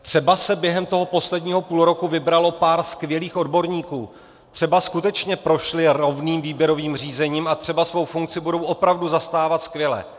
Třeba se během toho posledního půlroku vybralo pár skvělých odborníků, třeba skutečně prošli rovným výběrovým řízením a třeba svou funkci budou opravdu zastávat skvěle.